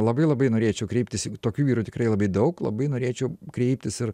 labai labai norėčiau kreiptis jeigu tokių vyrų tikrai labai daug labai norėčiau kreiptis ir